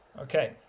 Okay